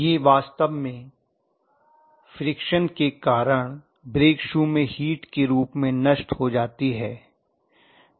professor यह वास्तव में फ्रिक्शन के कारण ब्रेक शूज में हीट के रूप में नष्ट हो जाती है